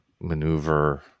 maneuver